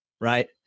Right